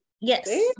yes